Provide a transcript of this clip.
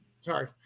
Sorry